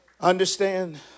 Understand